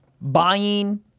buying